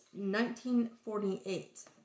1948